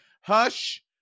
Hush